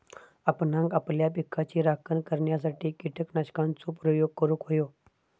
आपणांक आपल्या पिकाची राखण करण्यासाठी कीटकनाशकांचो प्रयोग करूंक व्हयो